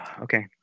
Okay